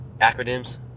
acronyms